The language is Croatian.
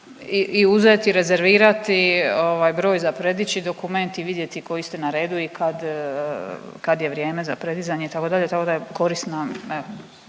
u uzeti i rezervirati broj za predići dokument i vidjeti koji ste na redu i kad je vrijeme za predizanje itd., tako da je korisno